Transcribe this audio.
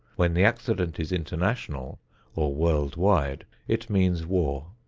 when the accident is international or world-wide, it means war.